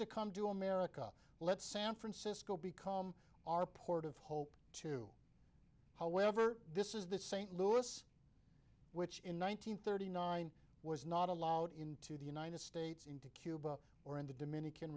to come to america let san francisco become our port of hope to however this is the st louis which in one nine hundred thirty nine was not allowed into the united states into cuba or in the dominican